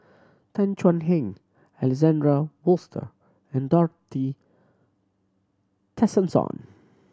Tan Thuan Heng Alexander Wsolter and Dorothy Tessensohn